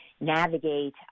navigate